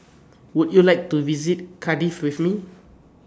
Would YOU like to visit Cardiff with Me